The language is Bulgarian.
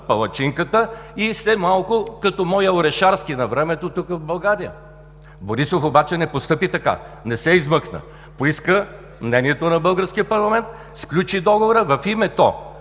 палачинката, и сте малко като моя Орешарски навремето тук, в България. Борисов обаче не постъпи така – не се измъкна, поиска мнението на българския парламент, сключи Договора в името